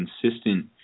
consistent